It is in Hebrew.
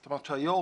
זאת אומרת שהיו"ר